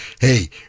Hey